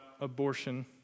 abortion